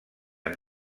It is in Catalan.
amb